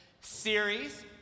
series